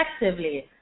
effectively